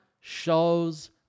shows